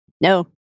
no